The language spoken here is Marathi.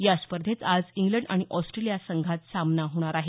या स्पर्धेत आज इंग्लंड आणि ऑस्ट्रेलिया संघात सामना होणार आहे